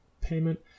payment